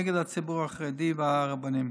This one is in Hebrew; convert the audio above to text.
נגד הציבור החרדי והרבנים.